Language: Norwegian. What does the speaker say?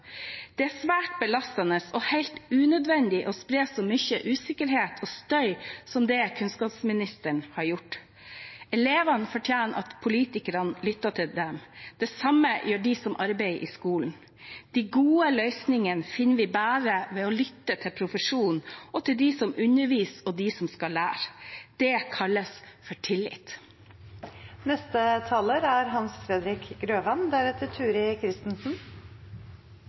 Det er svært belastende og helt unødvendig å spre så mye usikkerhet og støy som det kunnskapsministeren har gjort. Elevene fortjener at politikerne lytter til dem. Det samme gjør de som arbeider i skolen. De gode løsningene finner vi bare ved å lytte til profesjonen, til dem som underviser, og til dem som skal lære. Det kalles for tillit.